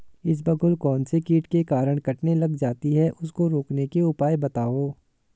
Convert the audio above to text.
इसबगोल कौनसे कीट के कारण कटने लग जाती है उसको रोकने के उपाय बताओ?